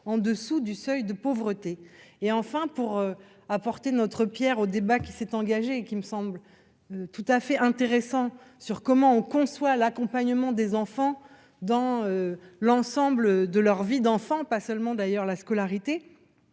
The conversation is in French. en dessous du seuil de pauvreté, et enfin pour apporter notre Pierre au débat qui s'est engagé et qui me semble tout à fait intéressant sur comment on conçoit l'accompagnement des enfants dans l'ensemble de leurs vies d'enfants, pas seulement d'ailleurs la scolarité,